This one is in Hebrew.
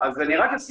אני יודעת,